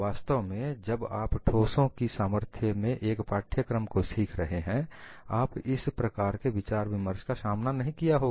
वास्तव में जब आप ठोसों की सामर्थ्य में एक पाठ्यक्रम को सीख रहे हैं आप इस प्रकार के विचार विमर्श का सामना नहीं किया होगा